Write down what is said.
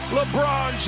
LeBron